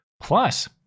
plus